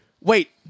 Wait